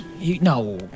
No